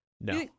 No